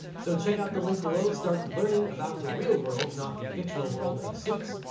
so check out the link below, start learning about the real world, not the fictional world of suits,